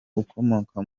ukomoka